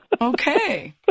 Okay